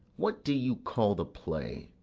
what do you call the play?